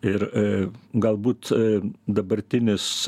ir galbūt dabartinis